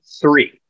three